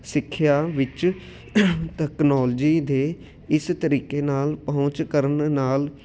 ਸਿੱਖਿਆ ਵਿੱਚ ਤਕਨੋਲਜੀ ਦੇ ਇਸ ਤਰੀਕੇ ਨਾਲ ਪਹੁੰਚ ਕਰਨ ਨਾਲ